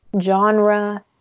genre